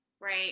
Right